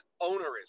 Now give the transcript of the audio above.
onerous